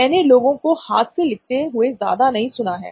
मैंने लोगों को हाथ से लिखते हुए ज्यादा नहीं सुना है